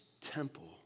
temple